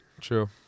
True